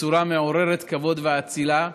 בצורה מעוררת כבוד ואצילה,